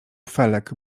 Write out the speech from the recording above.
felek